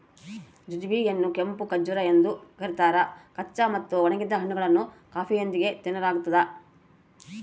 jujube ಯನ್ನುಕೆಂಪು ಖರ್ಜೂರ ಎಂದು ಕರೀತಾರ ಕಚ್ಚಾ ಮತ್ತು ಒಣಗಿದ ಹಣ್ಣುಗಳನ್ನು ಕಾಫಿಯೊಂದಿಗೆ ತಿನ್ನಲಾಗ್ತದ